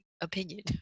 opinion